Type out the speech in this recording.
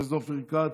חבר הכנסת אופיר כץ,